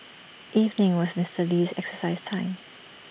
evening was Mister Lee's exercise time